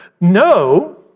No